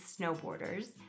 snowboarders